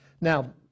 Now